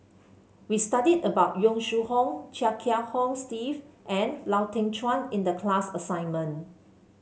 we studied about Yong Shu Hoong Chia Kiah Hong Steve and Lau Teng Chuan in the class assignment